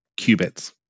qubits